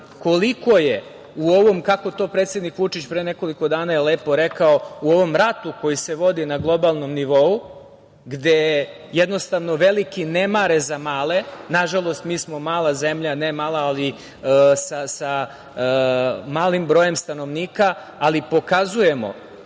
koliko je u ovom, kako je to predsednik Vučić pre nekoliko dana rekao - u ovom ratu koji se vodi na globalnom nivou, gde jednostavno veliki ne mare za male, nažalost, mi smo mala zemlja, ne mala, ali sa malim brojem stanovnika, ali pokazujemo